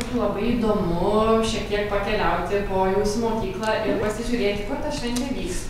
būtų labai įdomu šiek tiek pakeliauti po jūsų mokyklą ir pasižiūrėt kur ta šventė vyks